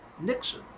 Nixon